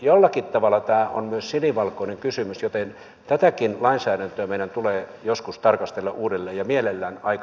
jollakin tavalla tämä on myös sinivalkoinen kysymys joten tätäkin lainsäädäntöä meidän tulee joskus tarkastella uudelleen ja mielellään aik